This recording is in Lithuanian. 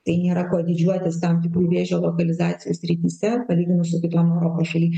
tai nėra kuo didžiuotis tam tikrų vėžio lokalizacijų srityse palyginus su kitom europos šalim